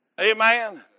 Amen